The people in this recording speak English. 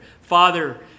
father